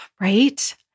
right